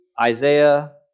Isaiah